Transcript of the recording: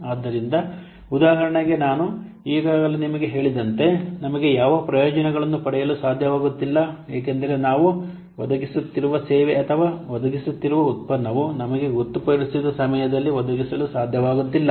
ಆದ್ದರಿಂದ ಉದಾಹರಣೆಗೆ ನಾನು ಈಗಾಗಲೇ ನಿಮಗೆ ಹೇಳಿದಂತೆ ನಮಗೆ ಯಾವ ಪ್ರಯೋಜನಗಳನ್ನು ಪಡೆಯಲು ಸಾಧ್ಯವಾಗುತ್ತಿಲ್ಲ ಏಕೆಂದರೆ ನಾವು ಒದಗಿಸುತ್ತಿರುವ ಸೇವೆ ಅಥವಾ ಒದಗಿಸುತ್ತಿರುವ ಉತ್ಪನ್ನವು ನಮಗೆ ಗೊತ್ತುಪಡಿಸಿದ ಸಮಯದಲ್ಲಿ ಒದಗಿಸಲು ಸಾಧ್ಯವಾಗುತ್ತಿಲ್ಲ